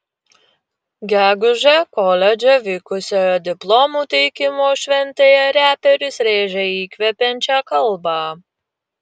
gegužę koledže vykusioje diplomų teikimo šventėje reperis rėžė įkvepiančią kalbą